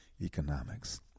economics